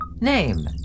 Name